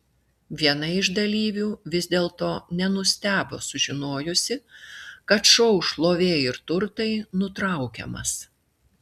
viena iš dalyvių vis dėlto nenustebo sužinojusi kad šou šlovė ir turtai nutraukiamas